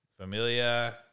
Familia